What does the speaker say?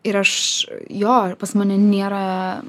ir aš jo ir pas mane nėra